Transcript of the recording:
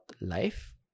life